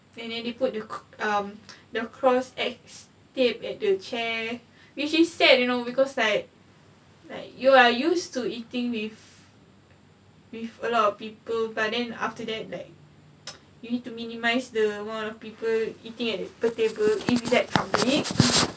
and then they put the um the cross X tape at the chair which is sad you know because like like you are used to eating with with a lot of people but then after that like you need to minimize the amount of people eating at per table it is like